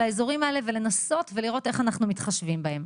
האזורים האלה ולנסות ולראות איך אנחנו מתחשבים בהם.